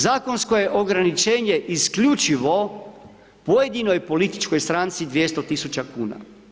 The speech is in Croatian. Zakonsko je ograničenje isključivo pojedinoj političkoj stranci 200.000,00 kuna.